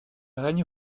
règne